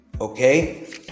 Okay